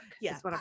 Yes